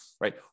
Right